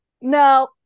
No